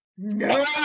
No